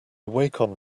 wacom